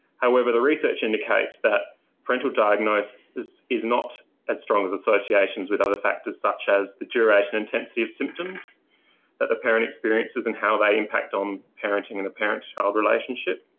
however, the research indicates that parental diagnosis is is not as strong as associations with other factors such as the duration and intensity of symptoms that the parent experiences and how they impact on parenting and the parent-child relationship.